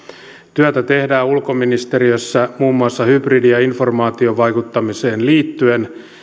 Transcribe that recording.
työtä tehdään ulkoministeriössä muun muassa hybridi ja informaatiovaikuttamiseen liittyen